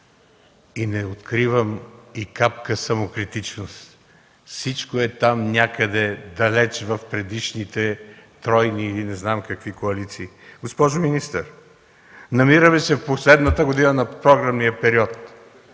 и не откривам и капка самокритичност – всичко е там някъде, далече в предишните тройни или не знам какви коалиции. Госпожо министър, намираме се в последната година на програмния период,